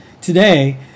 today